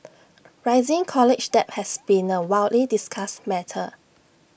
rising college debt has been A widely discussed matter